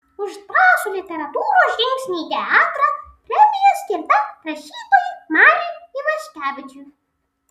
už drąsų literatūros žingsnį į teatrą premija skirta rašytojui mariui ivaškevičiui